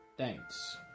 Thanks